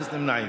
אפס נמנעים.